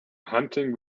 hunting